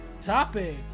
topic